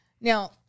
Now